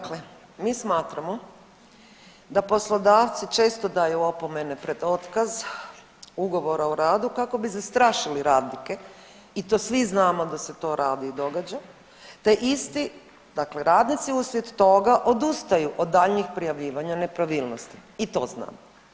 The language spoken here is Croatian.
Dakle, mi smatramo da poslodavci često daju opomene pred otkaz ugovora o radu kako bi zastrašili radnike i to svi znamo da se to rabi i događa te isti dakle, radnici uslijed toga odustaju od daljnjih prijavljivanja nepravilnosti i to znamo.